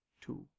two